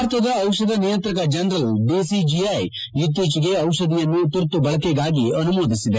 ಭಾರತದ ದಿಷಧ ನಿಯಂತ್ರಕ ಜನರಲ್ ಡಿಸಿಜಿಐ ಇತ್ತೀಚೆಗೆ ದಿಷಧಿಯನ್ನು ತುರ್ತು ಬಳಕೆಗಾಗಿ ಅನುಮೋದಿಸಿದೆ